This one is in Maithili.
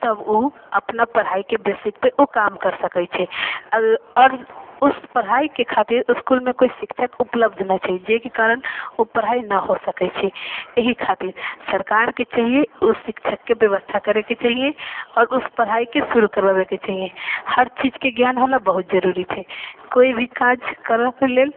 तब ओ अपना पढ़ाइ के बेसिस पर ओ काज कर सकै छै आओर उस पढ़ाई के खातिर इसकुलमे कोइ शिक्षक उपलब्ध ना छै जाहिके कारण ओ पढ़ाइ ना हो सकै छै एहि खातिर सरकार के चाहिए ओ शिक्षक के व्यवस्था करय के चाहिए आओर उस पढ़ाई के शुरू करबाबे के चाही हर चीज के ज्ञान होना बहुत जरूरी छै कोइ भी काज करऽके लेल